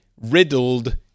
riddled